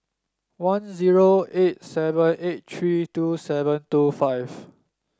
one zero eight seven eight three two seven two five